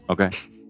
Okay